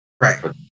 Right